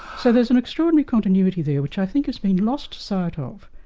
so there's an extraordinary continuity there, which i think has been lost sight of,